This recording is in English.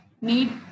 need